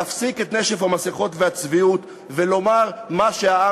להפסיק את נשף המסכות והצביעות ולומר מה שהעם